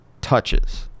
touches